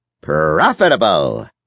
Profitable